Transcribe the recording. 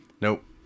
Nope